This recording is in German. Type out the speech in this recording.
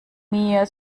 mir